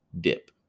dip